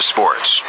Sports